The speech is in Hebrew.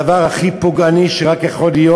הדבר הכי פוגעני שרק יכול להיות,